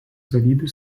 savybių